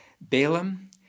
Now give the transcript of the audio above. Balaam